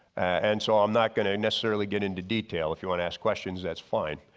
and so, i'm not going to necessarily get into detail. if you want to ask questions that's fine,